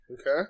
Okay